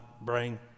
brain